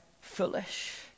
foolish